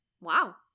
Wow